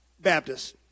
Baptists